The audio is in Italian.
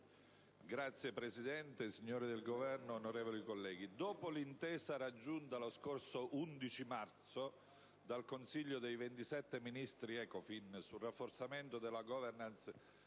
Signor Presidente, signori del Governo, onorevoli colleghi,